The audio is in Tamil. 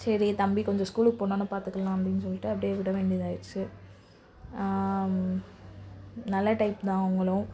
சரி தம்பி கொஞ்சம் ஸ்கூலுக்கு போனோன்னே பார்த்துக்கலாம் அப்படின்னு சொல்லிட்டு அப்படியே விட வேண்டியதாக ஆகிடுச்சு நல்ல டைப் தான் அவங்களும்